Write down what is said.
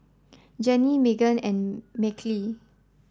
Jenni Meghan and Mahalie